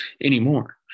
anymore